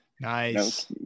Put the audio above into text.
nice